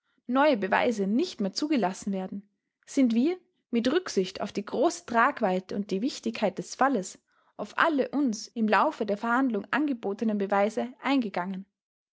neue beweise nicht mehr zugelassen werden sind wir mit rücksicht auf die große tragweite und die wichtigkeit des falles auf alle uns im laufe der verhandlung angebotenen beweise eingegangen